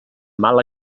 mal